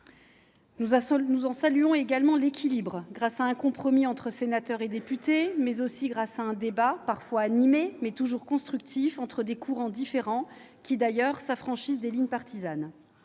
Nous en saluons également l'équilibre grâce à un compromis entre sénateurs et députés, mais aussi grâce à un débat, parfois animé, mais toujours constructif, entre des courants différents qui, d'ailleurs, s'affranchissent des lignes partisanes.